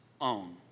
own